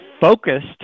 focused